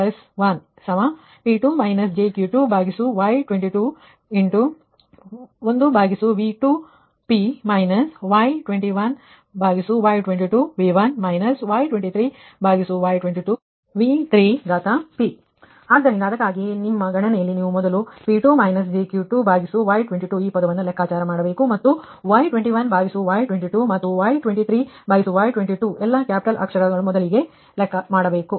V2p1P2 jQ2Y221V2p Y21Y22V1 Y23Y22V3p ಆದ್ದರಿಂದ ಅದಕ್ಕಾಗಿಯೇ ನಿಮ್ಮ ಗಣನೆಯಲ್ಲಿ ನೀವು ಮೊದಲು P2 jQ2Y22ಈ ಪದವನ್ನು ಲೆಕ್ಕಾಚಾರ ಮಾಡುತ್ತೀರಿ ಮತ್ತುY21Y22 ಮತ್ತು Y23Y22 ಎಲ್ಲ ಕ್ಯಾಪಿಟಲ್ ಅಕ್ಷರ ಮೊದಲಿಗೆ ಲೆಕ್ಕ ಮಾಡಬೇಕು